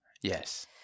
Yes